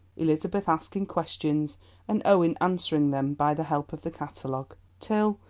elizabeth asking questions and owen answering them by the help of the catalogue, till,